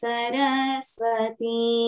Saraswati